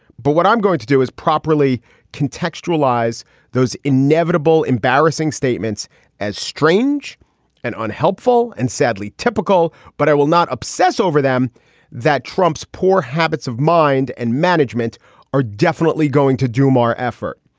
but what i'm going to do is properly contextualize those inevitable, embarrassing statements as strange and unhelpful and sadly typical. but i will not obsess over them that trump's poor habits of mind and management are definitely going to do more effort.